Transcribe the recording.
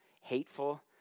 hateful